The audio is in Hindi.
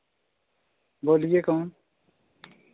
बोलिए कौन